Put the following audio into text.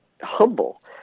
humble